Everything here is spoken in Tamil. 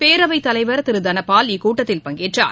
பேரவைத் தலைவர் திருதனபால் இக்கூட்டத்தில் பங்கேற்றார்